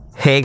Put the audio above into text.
Hey